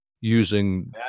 using